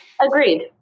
Agreed